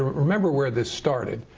remember where this started.